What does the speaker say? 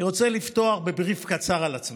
אני רוצה לפתוח ב-brief קצר על עצמי.